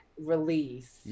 release